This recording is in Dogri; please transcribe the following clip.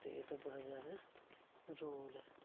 ते एह्दा बड़ा ज्यादा रोल ऐ